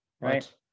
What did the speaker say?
right